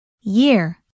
Year